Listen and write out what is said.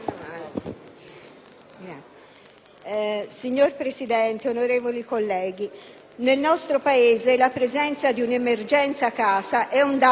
Signora Presidente, onorevoli colleghi, nel nostro Paese la presenza di un'emergenza casa è un dato strutturale.